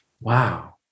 Wow